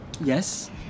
Yes